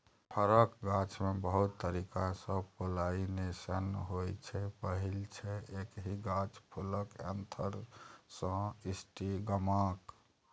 फरक गाछमे बहुत तरीकासँ पोलाइनेशन होइ छै पहिल छै एकहि गाछ फुलक एन्थर सँ स्टिगमाक